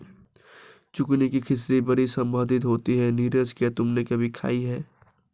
Zucchini की खिचड़ी बड़ी स्वादिष्ट होती है नीरज क्या तुमने कभी खाई है?